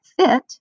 fit